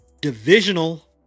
divisional